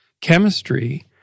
chemistry